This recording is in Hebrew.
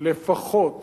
לפחות